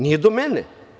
Nije do mene.